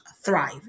thrive